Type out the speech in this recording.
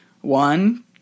One